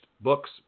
books